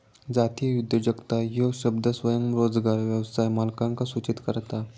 जातीय उद्योजकता ह्यो शब्द स्वयंरोजगार व्यवसाय मालकांका सूचित करता